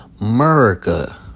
America